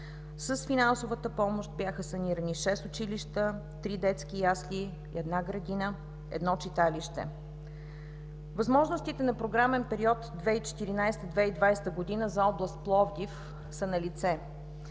С финансовата помощ бяха санирани шест училища, три детски ясли, една градина и едно читалище. Възможностите на програмен период 2014 – 2020 г. за област Пловдив са налице.